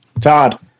Todd